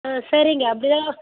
ஆ சரிங்க அப்படிதான்